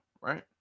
right